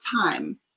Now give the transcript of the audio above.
time